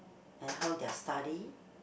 and how their study